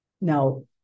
now